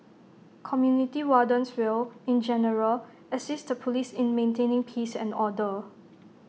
community wardens will in general assist the Police in maintaining peace and order